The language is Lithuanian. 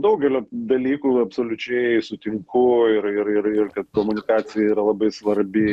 daugelio dalykų absoliučiai sutinku ir ir ir ir kad komunikacija yra labai svarbi